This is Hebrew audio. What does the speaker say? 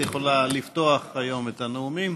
את יכולה לפתוח היום את הנאומים.